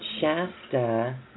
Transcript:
Shasta